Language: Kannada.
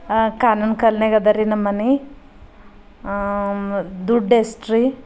ಕಾನೂನು ಕಾಲ್ನಿಗ ಅದಾರಿ ನಮ್ಮ ಮನೆ ದುಡ್ಡೆಷ್ಟ್ರಿ